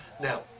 Now